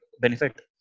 benefit